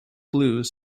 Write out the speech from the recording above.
blues